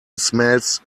smells